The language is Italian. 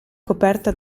coperta